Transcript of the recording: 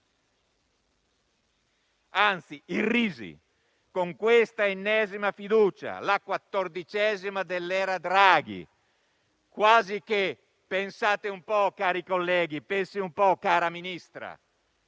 anzi, irrisi con questa ennesima fiducia, la quattordicesima dell'era Draghi. Quasi che, pensate un po' cari colleghi, pensi un po', cara Ministra,